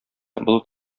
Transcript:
болыт